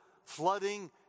flooding